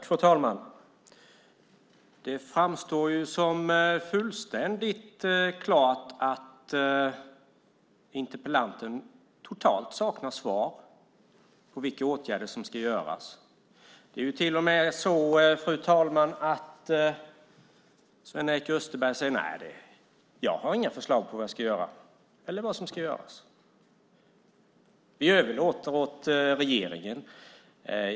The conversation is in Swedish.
Fru talman! Det framstår som fullständigt klart att interpellanten totalt saknar svar om vilka åtgärder som ska vidtas. Det är till och med så, fru talman, att Sven-Erik Österberg säger att han inte har några förslag på vad som ska göras. Han överlåter detta åt regeringen.